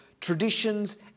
traditions